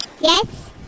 Yes